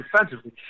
defensively